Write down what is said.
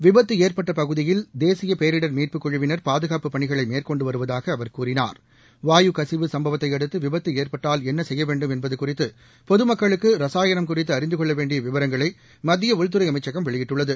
விபத்துஏற்பட்டபகுதியில் தேசியபேரிடர் மீட்பு குழுவினர் பாதுகாப்பு பணிகளைமேற்கொண்டுவருவதாகஅவர் கூறினார் என்னசெய்யவேண்டும் கசிவு சம்பவத்தையடுத்துவிபத்துஏற்பட்டால் வாயு என்பதுகுறித்துபொதுமக்குளுக்குரசாயணம் குறித்துஅறிந்துகொள்ளவேண்டியவிவரங்களைமத்தியஉள்துறைஅமைச்சகம் வெளியிட்டுள்ளது